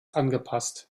angepasst